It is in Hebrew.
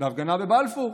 בהפגנה בבלפור,